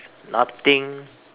nothing